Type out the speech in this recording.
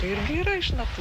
ir vyrai šneka